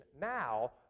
now